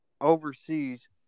overseas